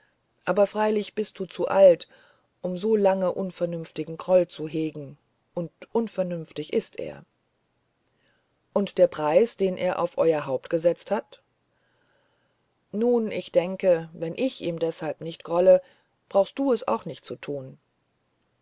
aber freilich bist du zu alt um so lange unvernünftigen groll zu hegen und unvernünftig ist er und der preis den er auf euer haupt gesetz hat nun ich denke wenn ich ihm deshalb nicht grolle brauchtest du es auch nicht zu tun